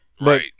Right